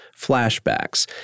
flashbacks